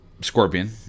Scorpion